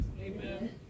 Amen